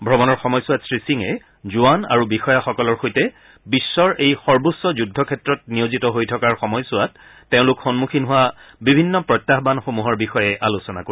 ভ্ৰমণৰ সময়ছোৱাত শ্ৰীসিঙে জোৱান আৰু বিষয়াসকলৰ সৈতে বিশ্বৰ এই সৰ্বোচ্চ যুদ্ধক্ষেত্ৰত নিয়োজিত হৈ থকাৰ সময়ছোৱাত তেওঁলোক সন্মুখীন হোৱা বিভিন্ন প্ৰত্যাহানসমূহৰ বিষয়ে আলোচনা কৰিব